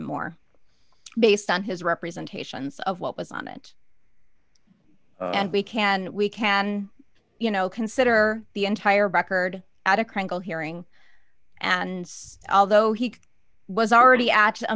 more based on his representations of what was on it and we can we can you know consider the entire record at a critical hearing and although he was already at a